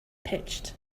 pitched